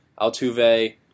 Altuve